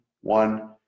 one